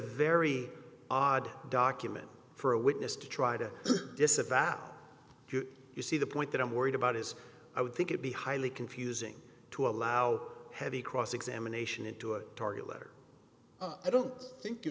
very odd document for a witness to try to disavow do you see the point that i'm worried about is i would think it be highly confusing to allow heavy cross examination into a target letter i don't think